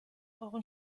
euren